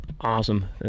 Awesome